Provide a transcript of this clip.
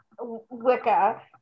Wicca